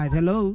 Hello